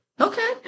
Okay